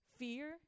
Fear